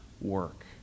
work